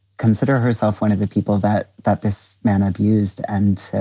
consider herself one of the people that that this man abused. and,